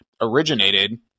Originated